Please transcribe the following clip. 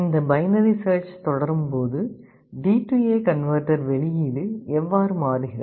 இந்த binary search தொடரும்போது DA DA converter வெளியீடு எவ்வாறு மாறுகிறது